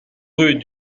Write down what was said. rue